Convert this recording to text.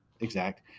exact